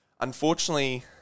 unfortunately